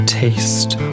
taste